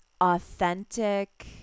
authentic